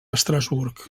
estrasburg